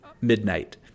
midnight